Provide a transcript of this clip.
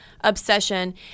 obsession